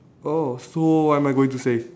oh so what am I going say